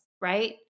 Right